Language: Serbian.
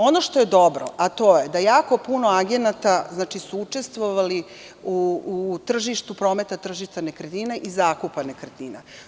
Ono što je dobro, a to je da jako puno agenata su učestvovali u tržištu prometa tržišta nekretnina i zakupa nekretnina.